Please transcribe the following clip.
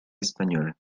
espagnole